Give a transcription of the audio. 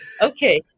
Okay